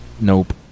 Nope